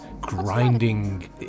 grinding